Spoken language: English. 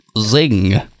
Zing